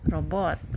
Robot